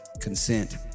consent